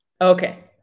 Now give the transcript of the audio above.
Okay